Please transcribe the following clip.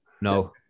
No